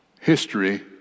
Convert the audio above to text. history